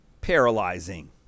paralyzing